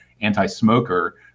anti-smoker